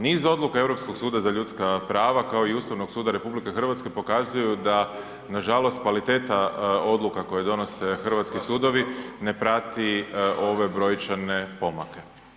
Niz odluka Europskog suda za ljudska prava kao i Ustavnog suda RH pokazuju da nažalost kvaliteta odluka koje donose hrvatski sudovi ne prati ove brojčane pomake.